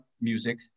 music